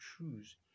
choose